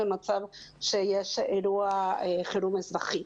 במצב שיש אירוע חירום אזרחי.